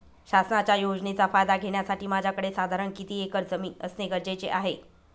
शासनाच्या योजनेचा फायदा घेण्यासाठी माझ्याकडे साधारण किती एकर जमीन असणे गरजेचे आहे?